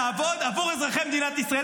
תעבוד עבור אזרחי מדינת ישראל,